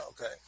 okay